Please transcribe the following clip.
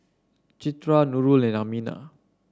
Citra Nurul and Aminah